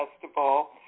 Festival